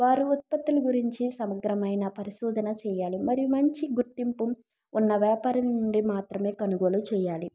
వారు ఉత్పత్తుల గూర్చి సమగ్రమైన పరిశోధన చేయాలి మరియు మంచి గుర్తింపు ఉన్న వ్యాపారుల నుండి మాత్రమే కొనుగోలు చేయాలి